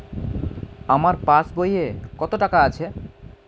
আমার পাস বইয়ে কত টাকা আছে?